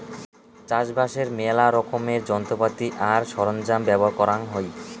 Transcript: চাষবাসের মেলা রকমের যন্ত্রপাতি আর সরঞ্জাম ব্যবহার করাং হই